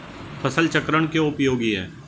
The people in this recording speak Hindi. फसल चक्रण क्यों उपयोगी है?